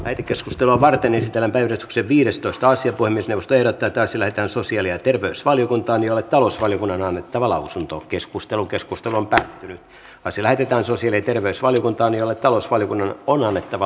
ey keskustelua varten esitetään ratki viidestoista asia kuin new steel oy täyttää sille lähetettiin sosiaali ja terveysvaliokuntaan jolle talousvaliokunnan on annettava lausunto keskustelu keskustelu on sillä kentän sosialiterveysvaliokuntaan jolle talousvaliokunnan on annettava